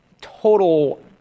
total